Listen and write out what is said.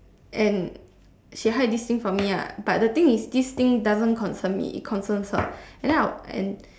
and she hide this thing from me lah but the thing is this thing doesn't concern me it concerns her and then I and